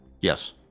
Yes